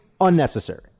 unnecessary